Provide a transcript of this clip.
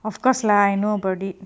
of course lah I know about it